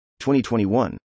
2021